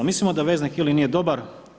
Mislimo da veznik ili nije dobar.